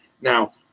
now